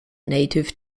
native